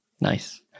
nice